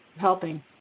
helping